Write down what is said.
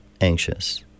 anxious